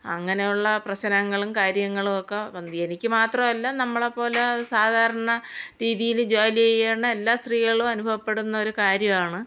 അങ്ങനയുള്ള പ്രശ്നങ്ങളും കാര്യങ്ങളുവൊക്കെ മതിയെനിക്ക് എനിക്ക് മാത്രമല്ല നമ്മളെ പോലെ സാധാരണ രീതിയിൽ ജോലിചെയ്യുന്ന എല്ലാ സ്ത്രീകളും അനുഭവപ്പെടുന്നൊരു കാര്യമാണ്